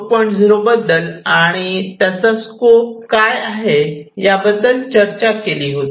0 म्हणजे काय आणि त्याचा स्कोप याबद्दल चर्चा केली होती